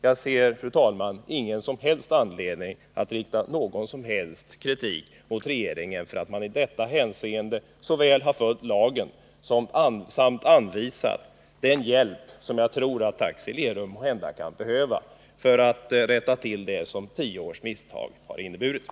Jag ser, fru talman, ingen som helst anledning att rikta kritik mot regeringen därför att den har följt lagen samt anvisat den hjälp som jag tror att Taxi i Lerum måhända kan behöva för att rätta till det som tio års misstag har fört med sig.